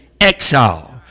exile